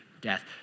death